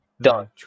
Done